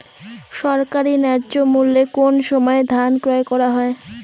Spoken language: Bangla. সরকারি ন্যায্য মূল্যে কোন সময় ধান ক্রয় করা হয়?